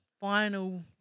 final